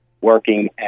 working